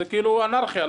זו אנרכיה.